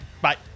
Bye